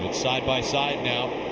side by side now.